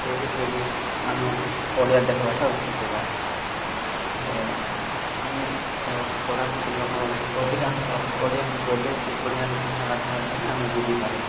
ଏ ଏସବୁ ଆମେ ଓଡ଼ିଆ ଦେଖବାଟା ଅଛି ସେଇଟା ଆମେ ତ କୋରାପୁଟ ଲୋକ ଅଧିକାଂଶ ଓଡ଼ିଆ ହିଁ କହିଲେ କି ଓଡ଼ିଆରେ କଥାବାର୍ତ୍ତା ହେଲେ ହିଁ ଆମେ ବୁଝିପାରୁ